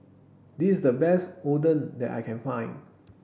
this is the best Oden that I can find